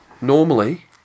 normally